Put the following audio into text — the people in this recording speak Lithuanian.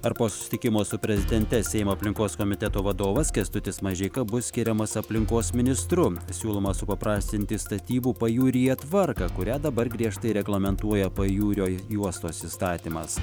ar po susitikimo su prezidente seimo aplinkos komiteto vadovas kęstutis mažeika bus skiriamas aplinkos ministru siūloma supaprastinti statybų pajūryje tvarką kurią dabar griežtai reglamentuoja pajūrio juostos įstatymas